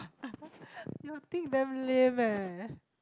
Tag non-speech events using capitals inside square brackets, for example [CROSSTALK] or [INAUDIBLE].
[LAUGHS] your thing damn lame eh